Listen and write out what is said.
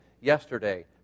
yesterday